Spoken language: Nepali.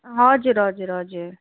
हजुर हजुर हजुर